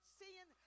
seeing